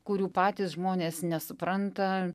kurių patys žmonės nesupranta